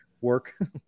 work